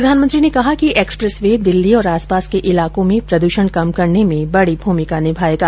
प्रधानमंत्री ने कहा कि एक्सप्रेस वे दिल्ली और आसपास के इलाकों में प्रद्षण कम करने में बड़ी भूमिका निभाएगा